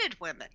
women